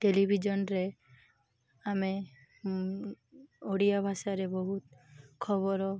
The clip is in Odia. ଟେଲିଭିଜନ୍ରେ ଆମେ ଓଡ଼ିଆ ଭାଷାରେ ବହୁତ ଖବର